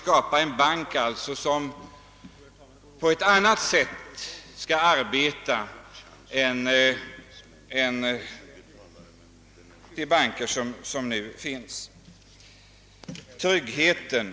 Tryggheten — ja, herr talman, eftersom min repliktid är slut får jag tyvärr avstå från vidare argumentering.